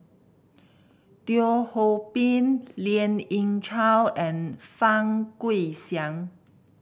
Teo Ho Pin Lien Ying Chow and Fang Guixiang